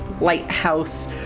lighthouse